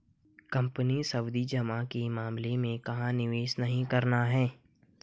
Company सावधि जमा के मामले में कहाँ निवेश नहीं करना है?